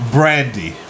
Brandy